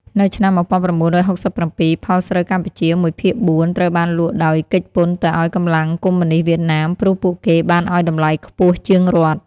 នៅឆ្នាំ១៩៦៧ ផលស្រូវកម្ពុជាមួយភាគបួនត្រូវបានលក់ដោយគេចពន្ធទៅឲ្យកម្លាំងកុមយនីស្តវៀតណាម ព្រោះពួកគេបានឲ្យតម្លៃខ្ពស់ជាងរដ្ឋ ។